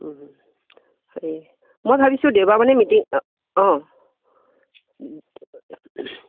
হেৰি মই ভাবিছোঁ দেওবাৰ মানে মিটিং অঁ